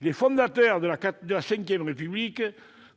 Les fondateurs de la VRépublique,